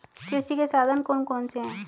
कृषि के साधन कौन कौन से हैं?